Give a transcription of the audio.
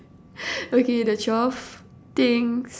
okay the twelve things